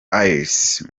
ace